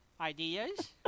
ideas